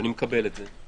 ואני מקבל את זה,